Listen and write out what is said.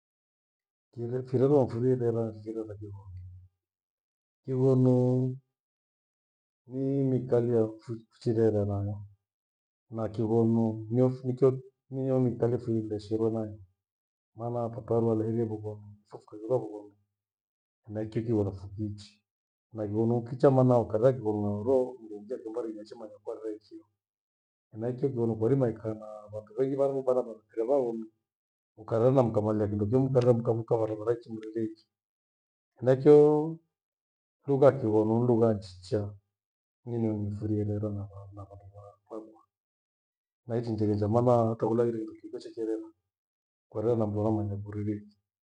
Kire fira niphurie ikighera ni kighonu. Kighonu ni miikalie hafu chirera nayo na kighonu niyofuitori niyo miikalie vueshivona nae. Maana papa luararie voghonu fofugha ruariwe iha voghonu henaicho kighonu fukiichi naio nokichaa mana ukarera kighonu na uroo mndu ngekimbaakepembenyi amanya we mwarera iki. Henaicho kighonu mwarima ikaa na vandu vengi varu bana mukarera kighonu, ukarera na mkamalie kindo komthalai mka mka mwarera ichi waleria ichi. Henaicho lugha ya kighonu ni lugha njichaa, inyi niyo niifurie irerana na vandu va luva. naichi njingicha maana takula irindi tiochekenye nkwa rera na mndu amanya kurerie lugha njiki.